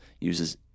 uses